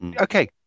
okay